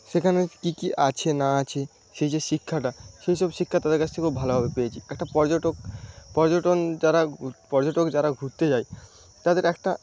সেখানে কী কী আছে না আছে সেই যে শিক্ষাটা সেইসব শিক্ষা তাদের কাছ থেকে খুব ভালোভাবে পেয়েছি একটা পর্যটক পর্যটন যারা পর্যটক যারা ঘুরতে যায় তাদের একটা